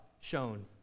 shown